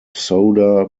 soda